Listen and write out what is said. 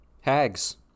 Hags